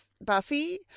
Buffy